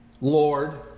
Lord